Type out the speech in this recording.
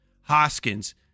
Hoskins